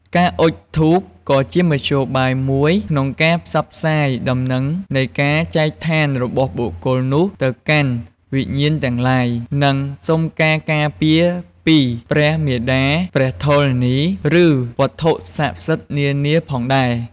ការអុជធូប ក៏ជាមធ្យោបាយមួយក្នុងការផ្សព្វផ្សាយដំណឹងនៃការចែកឋានរបស់បុគ្គលនោះទៅកាន់វិញ្ញាណទាំងឡាយ និងសុំការការពារពីព្រះមាតាព្រះធរណី ឬវត្ថុសក្តិសិទ្ធិនានាផងដែរ។